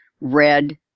red